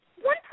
one